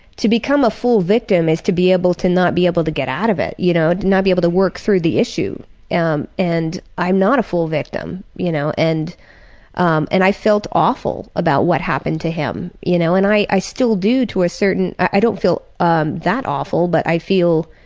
to become a full victim is to be able to not be able to get out of it, you know, to not be able to work through the issue and and i'm i'm not a full victim, you know and um and i felt awful about what happened to him. you know and i i still do to a certain extent i don't feel um that awful but i feel,